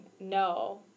no